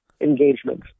engagement